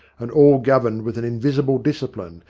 and all governed with an invisible dis cipline,